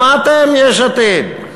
שמעתם, יש עתיד?